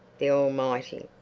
the almighty,